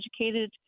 educated